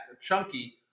chunky